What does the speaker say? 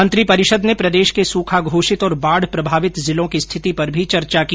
मंत्री परिषद ने प्रदेश के सूखा घोषित और बाढ प्रभावित जिलों की स्थिति पर भी चर्चा की